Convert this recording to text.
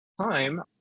time